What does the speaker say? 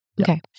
Okay